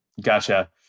Gotcha